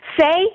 Say